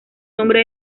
nombre